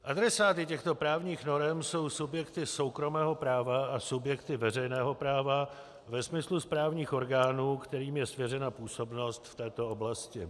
Adresáty těchto právních norem jsou subjekty soukromého práva a subjekty veřejného práva ve smyslu správních orgánů, kterým je svěřena působnost v této oblasti.